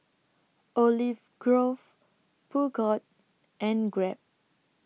Olive Grove Peugeot and Grab